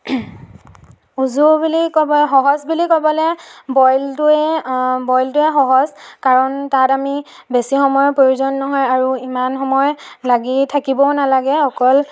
উজু বুলি ক'ব সহজ বুলি ক'বলৈ বইলটোৱে বইলটোৱে সহজ কাৰণ তাত আমি বেছি সময়ৰ প্ৰয়োজন নহয় আৰু ইমান সময় লাগি থাকিবও নালাগে অকল